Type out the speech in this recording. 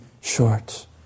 short